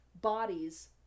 bodies